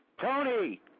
Tony